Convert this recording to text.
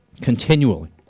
continually